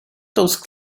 those